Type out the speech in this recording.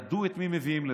ידעו את מי מביאים לפה.